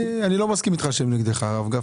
אני לא מסכים איתך שהם נגדך, הרב גפני.